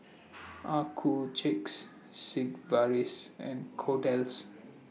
Accuchecks Sigvaris and Kordel's